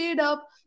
up